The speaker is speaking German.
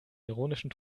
ironischen